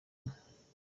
inka